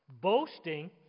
Boasting